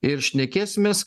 ir šnekėsimės